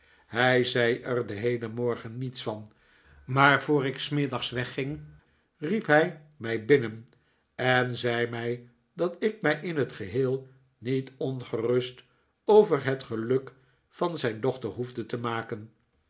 hij zei er den heelen morgen niets van maar voor ik s middags wegging riep hij mij binnen en zei mij dat ik mij in t geheel niet ohgerust over het geluk van zijn dochter hoefde te maken